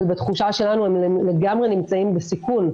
אבל לתחושה שלנו הם לגמרי נמצאים בסיכון,